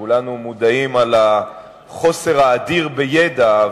וכולנו מודעים לחוסר האדיר בידע,